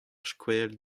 skoazell